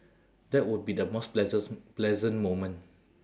that would be the most pleasant pleasant moment